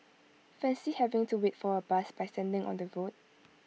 fancy having to wait for A bus by standing on the road